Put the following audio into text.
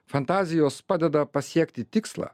fantazijos padeda pasiekti tikslą